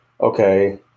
okay